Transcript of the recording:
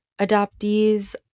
adoptees